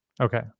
Okay